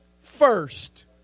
first